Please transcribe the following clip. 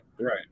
Right